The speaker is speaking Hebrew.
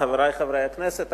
חברי חברי הכנסת,